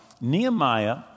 Nehemiah